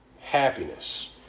Happiness